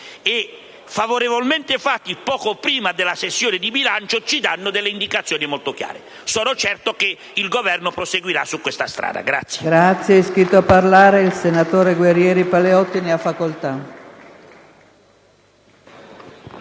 favorevolmente, poco prima della sessione di bilancio ci danno delle indicazioni molto chiare. Sono certo che il Governo proseguirà su questa strada.